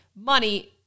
money